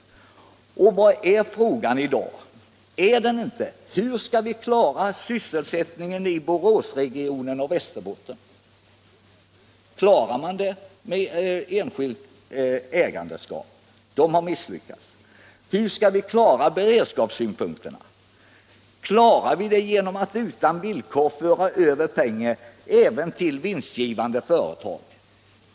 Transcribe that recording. I dag är frågan: Hur skall vi klara sysselsättningen i Boråsregionen och i Västerbotten? Klarar man det problemet med enskilt ägande? Nej, man har misslyckats! Hur skall vi kunna klara kraven från beredskapssynpunkt? Klarar vi dem genom att utan villkor föra över pengar även till vinstgivande företag?